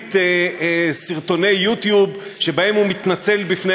בלהקליט סרטוני יוטיוב שבהם הוא מתנצל בפני